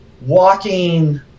walking